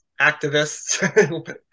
activists